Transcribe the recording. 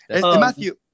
Matthew